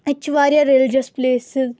اتہِ چھِ واریاہ ریٚلجیٚس پلیسِز